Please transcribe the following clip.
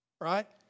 right